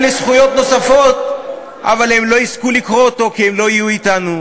לזכויות נוספות אבל הם לא יזכו לקרוא אותו כי הם לא יהיו אתנו,